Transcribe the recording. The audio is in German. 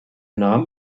nahm